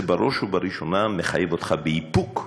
זה בראש ובראשונה מחייב אותך באיפוק.